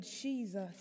Jesus